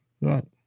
Right